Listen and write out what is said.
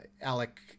Alec